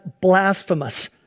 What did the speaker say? blasphemous